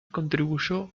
contribuyó